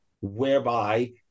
whereby